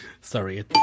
sorry